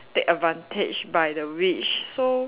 take advantage by the witch so